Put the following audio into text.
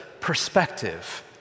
perspective